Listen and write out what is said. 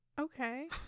Okay